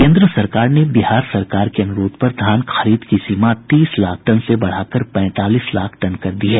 केंद्र सरकार ने बिहार सरकार के अन्रोध पर धान खरीद की सीमा तीस लाख टन से बढ़ाकर पैंतालीस लाख टन कर दी है